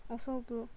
also blue